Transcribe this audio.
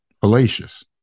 fallacious